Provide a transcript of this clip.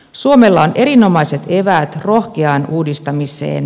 suomella on erinomaiset eväät rohkeaan uudistamiseen